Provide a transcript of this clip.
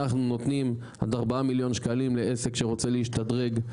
אנחנו נותנים עד 4 מיליון שקלים לעסק שרוצה להשתדרג,